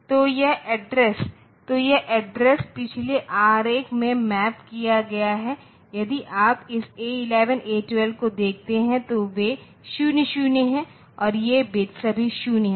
तो यह एड्रेस तो यह एड्रेस पिछले आरेख में मैप किया गया है यदि आप इस A11 A12 को देखते हैं तो वे 0 0 हैं और ये बिट्स सभी 0 हैं